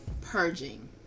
purging